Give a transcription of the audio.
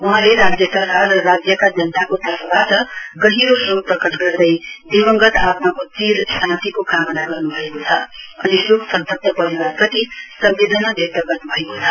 वहाँले राज्य सरकार र राज्यका जनताक तर्फबाट गहिरो शोक प्रकट गर्दै दिंवगत आत्माको चिर शान्तिको कामना भन्न् भएको छ अनि शोक सन्तप्त परिवारप्रति सम्वेदना व्यक्त गर्न् भएको छ